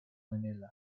manila